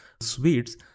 Sweets